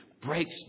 breaks